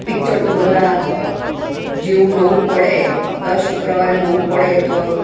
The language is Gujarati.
પિક્ચર તો બધા જેવું નવું પડે દર શુક્રવારે નવું પડે તો